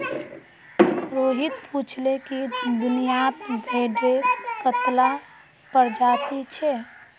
रोहित पूछाले कि दुनियात भेडेर कत्ला प्रजाति छे